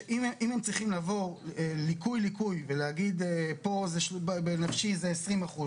אם הם צריכים לעבור ליקוי ליקוי ולהגיד בנפשי זה 20%,